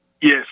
Yes